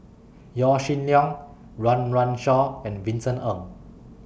Yaw Shin Leong Run Run Shaw and Vincent Ng